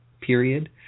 period